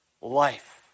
life